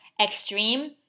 extreme